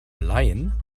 laien